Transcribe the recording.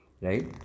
Right